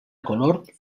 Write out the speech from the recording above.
color